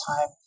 time